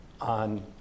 on